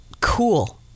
cool